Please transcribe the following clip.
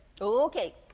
Okay